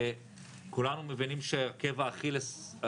כולנו מבינים שעקב אכילס,